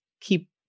keep